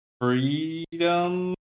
freedom